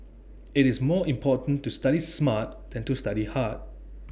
IT is more important to study smart than to study hard